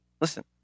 Listen